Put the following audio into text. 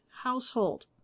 household